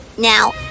Now